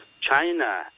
China